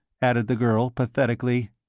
added the girl, pathetically,